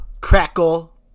crackle